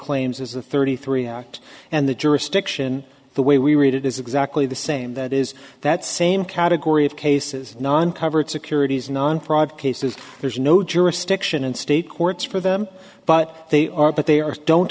claims as of thirty three out and the jurisdiction the way we read it is exactly the same that is that same category of cases non coverage securities non fraud cases there's no jurisdiction in state courts for them but they are but they are don't